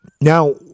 Now